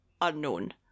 unknown